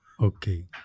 okay